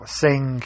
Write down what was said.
sing